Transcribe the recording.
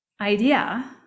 idea